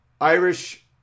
Irish